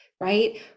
Right